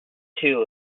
too